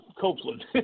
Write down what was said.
Copeland